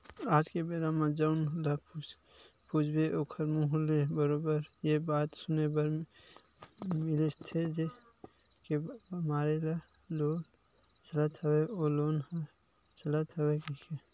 आज के बेरा म जउन ल पूछबे ओखर मुहूँ ले बरोबर ये बात सुने बर मिलथेचे के मोर ये लोन चलत हवय ओ लोन चलत हवय कहिके